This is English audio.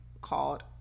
called